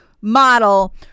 model